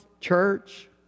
church